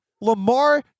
Lamar